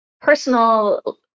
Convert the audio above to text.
personal